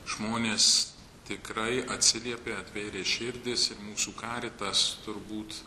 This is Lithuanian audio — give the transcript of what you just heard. žmonės tikrai atsiliepė atvėrė širdis ir mūsų karitas turbūt